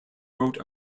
wrote